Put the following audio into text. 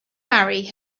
marry